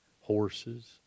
horses